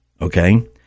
Okay